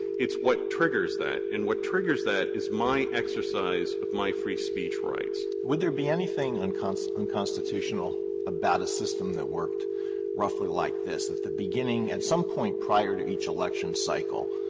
it's what triggers that, and what triggers that is my exercise of my free speech rights. alito would there be anything and kind of unconstitutional about a system that worked roughly like this? at the beginning at some point prior to each election cycle,